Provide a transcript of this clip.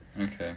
Okay